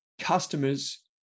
customers